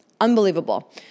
Unbelievable